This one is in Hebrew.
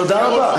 תודה רבה.